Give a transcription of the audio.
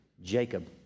Jacob